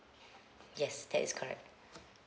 yes that is correct